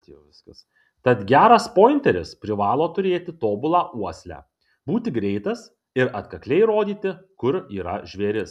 tad geras pointeris privalo turėti tobulą uoslę būti greitas ir atkakliai rodyti kur yra žvėris